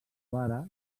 vara